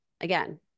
Again